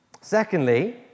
Secondly